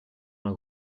una